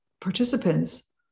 participants